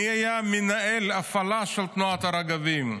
מי היה מנהל ההפעלה של תנועת רגבים?